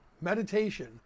Meditation